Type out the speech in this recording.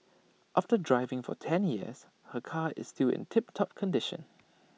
after driving for ten years her car is still in tip top condition